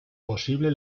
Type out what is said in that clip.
posible